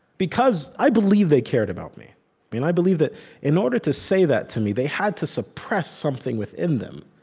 because i believe they cared about me me and i believe that in order to say that to me, they had to suppress something within them,